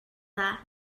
dda